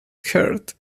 heart